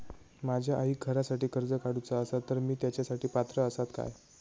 माझ्या आईक घरासाठी कर्ज काढूचा असा तर ती तेच्यासाठी पात्र असात काय?